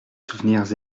souvenirs